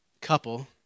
couple